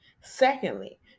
Secondly